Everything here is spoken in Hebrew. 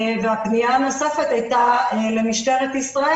והפנייה הנוספת הייתה למשטרת ישראל.